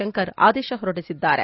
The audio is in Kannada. ಶಂಕರ್ ಆದೇಶ ಹೊರಡಿಸಿದ್ದಾರೆ